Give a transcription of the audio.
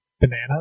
banana